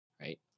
right